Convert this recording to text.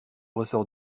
ressort